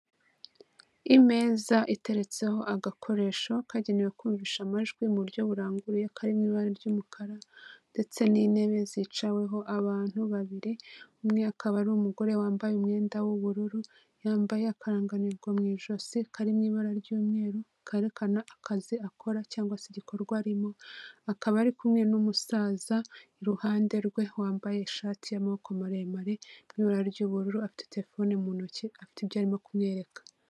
Imeza iteretseho agakoresho kagenewe kumvisha amajwi mu buryo buranguruye, kari mu ibara ry'umukara, ndetse n'intebe zicaweho abantu babiri, umwe akaba ari umugore wambaye umwenda w'ubururu, yambaye akaranganirwa mu ijosi, kari mu ibara ry'umweru, kerekana akazi akora cyangwa se igikorwa arimo, akaba ari kumwe n'umusaza iruhande rwe, wambaye ishati y'amaboko maremare, y'ibara ry'ubururu, afite telefone mu ntoki, afite ibyo arimo kumwereka.